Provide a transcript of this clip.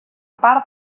part